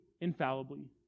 infallibly